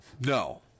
No